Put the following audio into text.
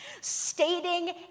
stating